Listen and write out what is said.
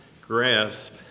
grasp